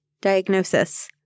diagnosis